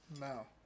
No